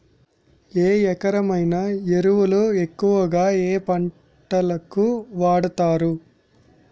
ఏ రకమైన ఎరువులు ఎక్కువుగా ఏ పంటలకు వాడతారు?